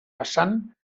vessant